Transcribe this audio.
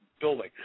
building